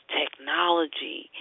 technology